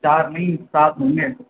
چار نہیں سات ہوں گے